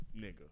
nigga